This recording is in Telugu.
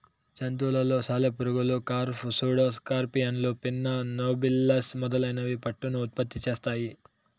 జంతువులలో సాలెపురుగులు, కార్ఫ్, సూడో స్కార్పియన్లు, పిన్నా నోబిలస్ మొదలైనవి పట్టును ఉత్పత్తి చేస్తాయి